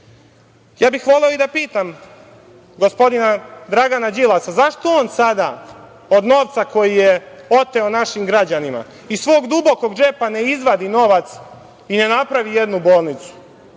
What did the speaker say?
bih voleo i da pitam gospodina Dragana Đilasa, zašto on sada od novca koji je oteo našim građanima iz svog dubokog džepa ne izvadi novac i ne napravi jednu bolnicu?